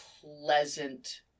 pleasant